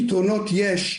פתרונות יש.